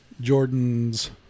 Jordan's